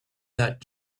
that